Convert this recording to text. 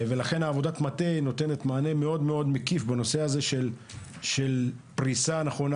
עבודת המטה נותנת מענה מקיף מאוד-מאוד בנושא הזה של פריסה נכונה,